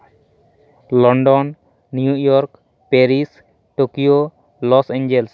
London New York Paris Tokyo Los Angeles